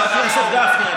חבר הכנסת גפני,